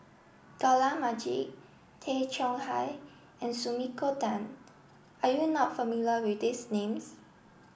Dollah Majid Tay Chong Hai and Sumiko Tan are you not familiar with these names